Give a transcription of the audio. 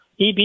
EB